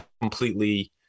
completely